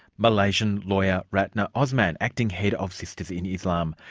malaysian lawyer ratna osman, acting head of sisters in islam.